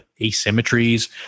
asymmetries